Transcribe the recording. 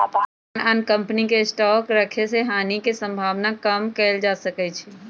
आन आन कम्पनी के स्टॉक रखे से हानि के सम्भावना कम कएल जा सकै छइ